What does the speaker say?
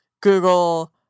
Google